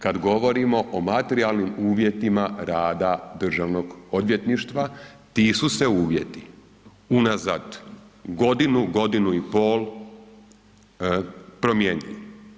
Kad govorimo o materijalnim uvjetima rada Državnog odvjetništva, ti su se uvjeti unazad godinu, godinu i pol, promijenili.